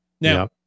now